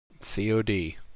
COD